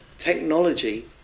Technology